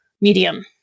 medium